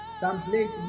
someplace